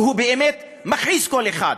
שבאמת מכעיס כל אחד,